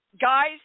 Guys